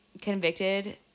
convicted